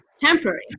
temporary